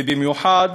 ובמיוחד